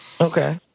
Okay